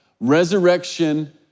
Resurrection